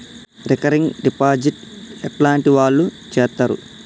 Recurring deposit ఎట్లాంటి వాళ్లు చేత్తరు?